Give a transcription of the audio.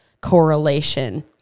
correlation